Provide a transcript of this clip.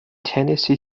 tennessee